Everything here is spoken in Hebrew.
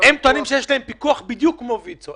הם טוענים שיש עליהם פיקוח כמו על ויצ"ו.